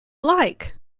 like